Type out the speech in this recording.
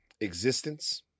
existence